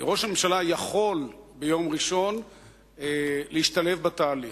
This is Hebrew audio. ראש הממשלה יכול ביום ראשון להשתלב בתהליך.